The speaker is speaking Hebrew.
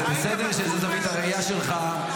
זה בסדר שזו זווית הראייה שלך,